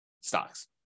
stocks